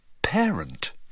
parent